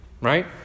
Right